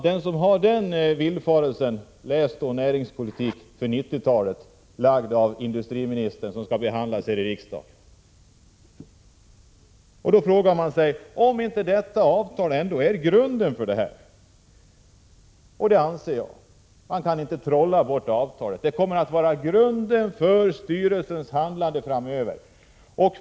Den som lever i den villfarelsen bör läsa propositionen Näringspolitik för 90-talet, som industriministern har lagt fram och som skall behandlas här i riksdagen. Är då inte detta avtal grunden för allt det här? Det anser jag. Man kan inte trolla bort avtalet. Det kommer att utgöra grunden för styrelsens handlande framöver.